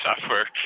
software